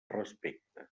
respecte